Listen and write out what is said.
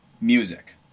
music